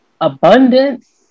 abundance